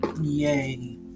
yay